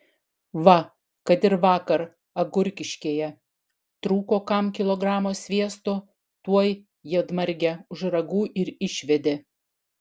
va kad ir vakar agurkiškėje trūko kam kilogramo sviesto tuoj juodmargę už ragų ir išvedė